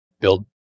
build